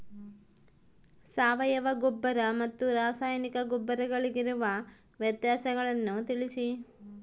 ಸಾವಯವ ಗೊಬ್ಬರ ಮತ್ತು ರಾಸಾಯನಿಕ ಗೊಬ್ಬರಗಳಿಗಿರುವ ವ್ಯತ್ಯಾಸಗಳನ್ನು ತಿಳಿಸಿ?